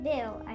Bill